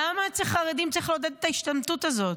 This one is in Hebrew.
למה אצל חרדים צריך לעודד את ההשתמטות הזאת?